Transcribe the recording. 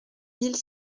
mille